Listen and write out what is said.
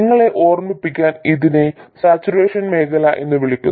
നിങ്ങളെ ഓർമ്മിപ്പിക്കാൻ ഇതിനെ സാച്ചുറേഷൻ മേഖല എന്നും വിളിക്കുന്നു